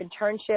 internship